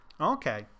Okay